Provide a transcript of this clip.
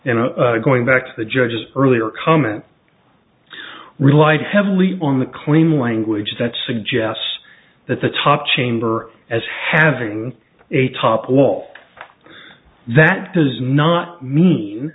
and going back to the judge's earlier comment relied heavily on the clean language that suggests that the top chamber as having a top wall that does not mean